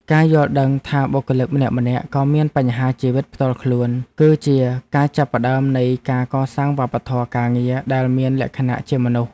ការយល់ដឹងថាបុគ្គលិកម្នាក់ៗក៏មានបញ្ហាជីវិតផ្ទាល់ខ្លួន គឺជាការចាប់ផ្តើមនៃការកសាងវប្បធម៌ការងារដែលមានលក្ខណៈជាមនុស្ស។